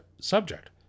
subject